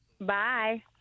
Bye